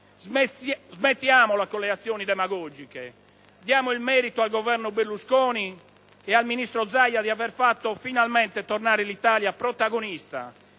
Smettiamola con le azioni demagogiche, diamo il merito al Governo Berlusconi ed al ministro Zaia di aver fatto finalmente tornare l'Italia protagonista